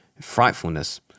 frightfulness